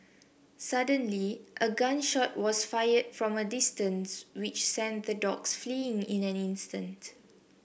suddenly a gun shot was fired from a distance which sent the dogs fleeing in an instant